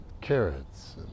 carrots